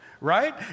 right